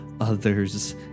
others